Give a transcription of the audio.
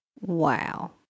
Wow